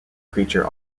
creature